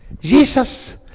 Jesus